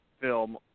film